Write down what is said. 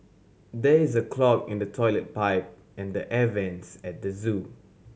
there is a clog in the toilet pipe and the air vents at the zoo